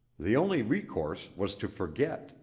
the only recourse was to forget,